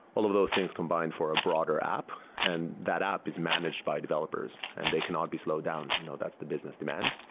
all of those things combined for a broader app, and that app is managed by developers and they cannot be slowed down. you know that's the business demand.